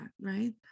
right